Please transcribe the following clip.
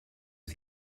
was